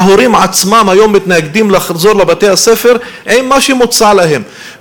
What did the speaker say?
ההורים עצמם מתנגדים היום לחזור לבתי-הספר עם מה שמוצע להם.